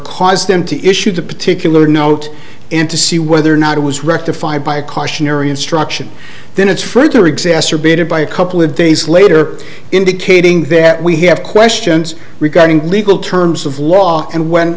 cause them to issue the particular note and to see whether or not it was rectified by a cautionary instruction then its fruit or exacerbated by a couple of days later indicating that we have questions regarding legal terms of law and when